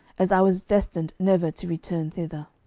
as i was destined never to return thither.